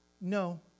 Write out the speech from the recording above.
no